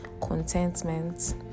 contentment